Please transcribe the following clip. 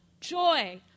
joy